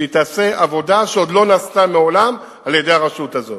שתעשה עבודה שעוד לא נעשתה מעולם על-ידי הרשות הזאת.